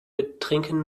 betrinken